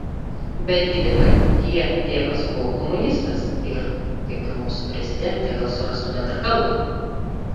bet gi depardjė tėvas buvo komunistas ir kaip ir mūsų prezidentė gal surastų bendrą kalbą